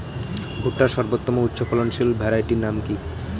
ভুট্টার সর্বোত্তম উচ্চফলনশীল ভ্যারাইটির নাম কি?